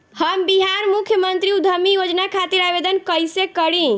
हम बिहार मुख्यमंत्री उद्यमी योजना खातिर आवेदन कईसे करी?